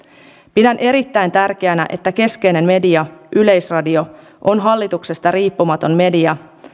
pidän erittäin tärkeänä että keskeinen media yleisradio on hallituksesta riippumaton media